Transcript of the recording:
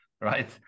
right